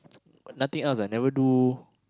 nothing else ah never do